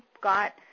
got